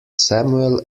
samuel